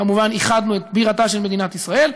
כמובן, איחדנו את בירתה של מדינת ישראל.